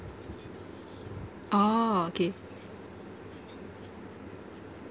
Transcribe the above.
oh okay